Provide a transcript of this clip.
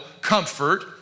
comfort